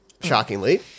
shockingly